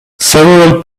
several